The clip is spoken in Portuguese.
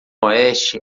oeste